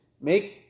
make